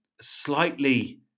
slightly